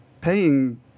paying